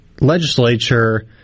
legislature